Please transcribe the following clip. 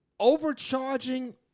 overcharging